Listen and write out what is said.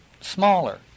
smaller